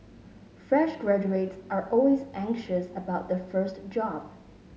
fresh graduates are always anxious about their first job